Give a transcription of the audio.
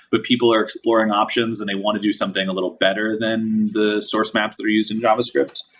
but people are exploring options and they want to do something a little better than the source maps that are used in javascript.